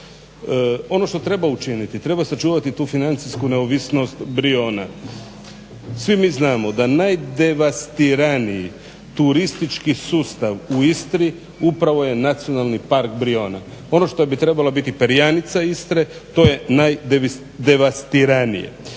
Ono što treba učiniti, treba sačuvati tu financijsku neovisnost Brijuna. Svi mi znamo da najdevastiranije turistički sustav u Istri upravo je Nacionalni park Brijuni. Ono što bi trebala biti perjanica Istre to je najdevastiranije.